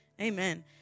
Amen